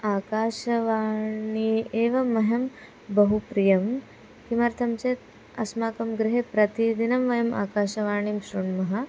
आकाशवाण्याम् एव मह्यं बहु प्रियं किमर्थं चेत् अस्माकं गृहे प्रतिदिनं वयम् आकाशवाणीं श्रुण्मः